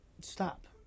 stop